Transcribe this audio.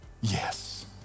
yes